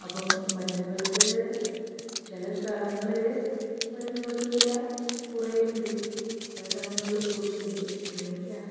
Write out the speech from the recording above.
അപ്പോൾ മരുന്നുകൾക്ക് ചില സ്ഥലങ്ങളില് മരുന്നുകൾക്ക് വില കുറയലുണ്ട് ചില സ്ഥലങ്ങളില് കൂടുതലുണ്ട് അങ്ങനെയൊക്കെയാണ്